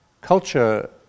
culture